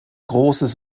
großes